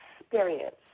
experience